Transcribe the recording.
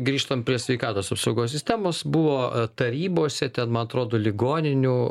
grįžtant prie sveikatos apsaugos sistemos buvo tarybose ten man atrodo ligoninių